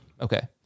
Okay